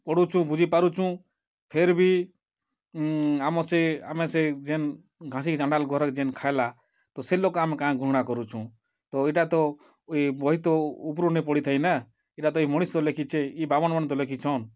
ପଢ଼ୁଛୁଁ ବୁଝିପାରୁଛୁଁ ଫିର୍ ବି ଆମେ ସେ ଯେନ୍ ଘାସି ଚାଣ୍ଡାଳ୍ ଘରେ ଯେନ୍ ଖାଏଲା ତ ସେ ଲୋକ୍ ଆମେ କାଇଁ ଘୃଣା କରୁଛୁଁ ତ ଇ'ଟା ତ ଇ ବହି ତ ଉପ୍ରୁ ନେଇ ପଡ଼ିଥାଇ ନା ଇ'ଟା ତ ଇ ମଣିଷ୍ ତ ଲେଖିଛେ ଇ ବ୍ରାହ୍ମଣ୍ମାନେ ତ ଲେଖିଛନ୍